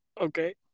Okay